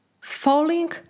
falling